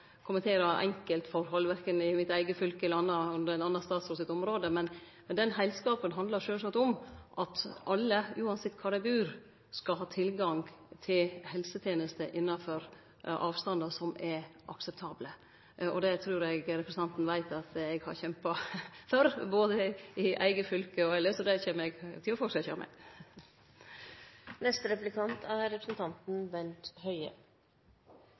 kommentere enkeltforhold i mitt eige fylke eller under ein annan statsråd sitt område, men heilskapen handlar sjølvsagt om at alle, same kvar dei bur, skal ha tilgang til helsetenester innanfor avstandar som er akseptable. Det trur er representanten veit at eg har kjempa for, både i eige fylke og elles, så det kjem eg til å fortsetje med.